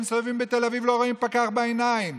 מסתובבים בתל אביב ולא רואים פקח בעיניים.